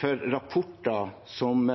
for rapporter som